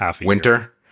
winter